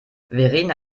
verena